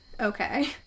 okay